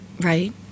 right